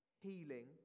healing